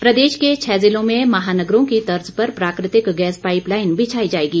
योजना प्रदेश के छः जिलों में महानगरों की तर्ज पर प्राकृतिक गैस पाईप लाईन बिछाई जाएगी